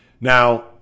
Now